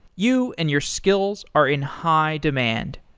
you and your skills are in high demand.